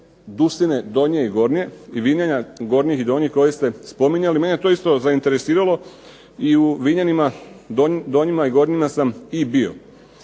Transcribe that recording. Dusine Donje i Gornje i Vinjana Gornjih i Donjih koje ste spominjali. Mene je to isto zainteresiralo i u Vinjanima Donjima i Gornjima sam i bio.